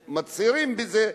ומצהירים על זה,